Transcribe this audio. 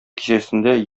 кичәсендә